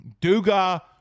Duga